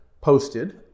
posted